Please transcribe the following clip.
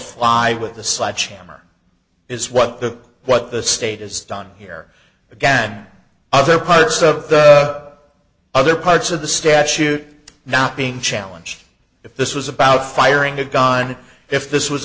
fly with the side chamar is what the what the state is done here again other parts of the other parts of the statute not being challenge if this was about firing a gun if this was